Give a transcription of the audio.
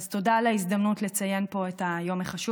תודה על ההזדמנות לציין פה את היום החשוב